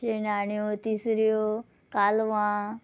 शिनाण्यो तिसऱ्यो कालवां